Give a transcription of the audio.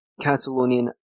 Catalonian